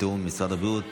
בתיאום עם משרד הבריאות.